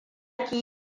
ki